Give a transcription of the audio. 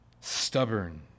stubborn